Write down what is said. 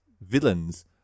villains